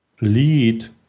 lead